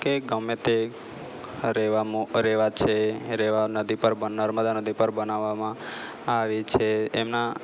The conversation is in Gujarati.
કે ગમે તે અરેવા અરેવા છે રેવા નદી પર નર્મદા નદી ઉપર બનાવામાં આવી છે એમના